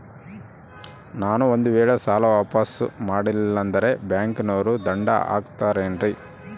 ನಾನು ಒಂದು ವೇಳೆ ಸಾಲ ವಾಪಾಸ್ಸು ಮಾಡಲಿಲ್ಲಂದ್ರೆ ಬ್ಯಾಂಕನೋರು ದಂಡ ಹಾಕತ್ತಾರೇನ್ರಿ?